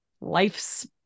life's